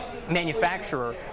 manufacturer